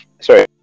sorry